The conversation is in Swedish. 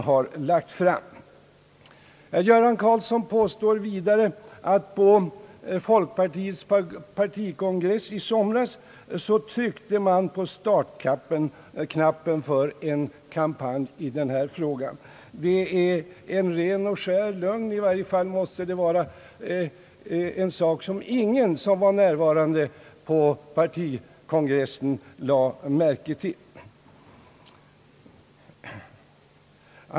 Herr Göran Karlsson påstår vidare att man vid folkpartiets partikongress 1 somras tryckte på startknappen för en kampanj i den här frågan. Det är en ren och skär lögn. I varje fall måste det vara en sak som ingen av de närvarande vid kongressen lade märke till.